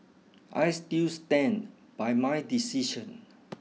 I still stand by my decision